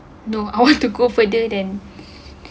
no I wanted to go further than